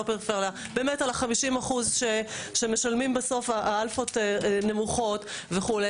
לא פריפריה באמת על ה-50% שמשלמים בסוף האלפות נמוכות וכו',